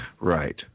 Right